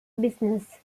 business